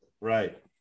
Right